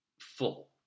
full